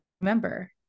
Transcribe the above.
remember